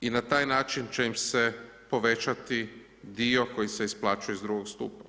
i na taj način će im se povećati dio koji se isplaćuje iz drugog stupa.